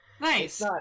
Nice